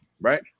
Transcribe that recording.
Right